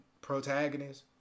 protagonist